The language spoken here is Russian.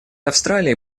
австралии